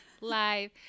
Live